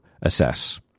assess